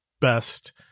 best